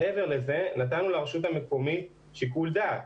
מעבר לזה, נתנו לרשות המקומית שיקול דעת.